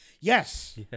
Yes